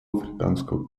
африканского